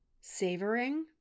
savoring